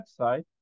website